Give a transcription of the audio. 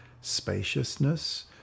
spaciousness